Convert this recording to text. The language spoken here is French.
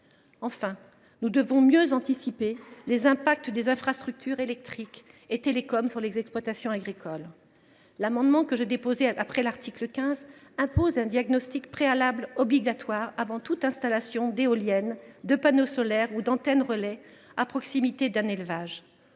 Enfin, nous devons mieux anticiper les effets des infrastructures électriques et de télécommunications sur les exploitations agricoles. L’amendement que j’ai déposé après l’article 15 vise à imposer un diagnostic préalable obligatoire avant toute installation d’éolienne, de panneaux solaires ou d’antenne relais à proximité d’un élevage.